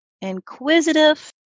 inquisitive